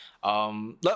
Look